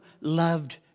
loved